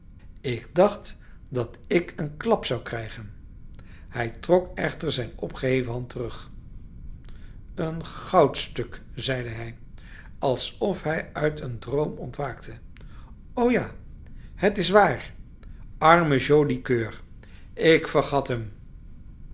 ik dacht dat ik een klap zou krijgen hij trok echter zijn opgeheven hand terug een goudstuk zeide hij alsof hij uit een droom ontwaakte o ja het is waar arme joli coeur ik vergat hem